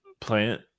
plant